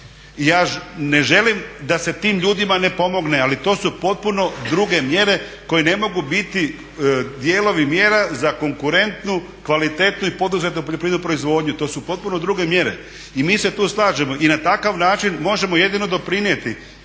ja ne želim da se tim ljudima ne pomogne, ali to su potpuno druge mjere koje ne mogu biti dijelovi mjera za konkurentnu, kvalitetnu i poduzetnu poljoprivrednu proizvodnju. To su potpuno druge mjere. I mi se tu slažemo i na takav način možemo jedino doprinijeti